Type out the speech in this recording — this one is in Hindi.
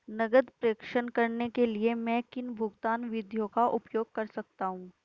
नकद प्रेषण करने के लिए मैं किन भुगतान विधियों का उपयोग कर सकता हूँ?